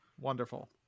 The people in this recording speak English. Wonderful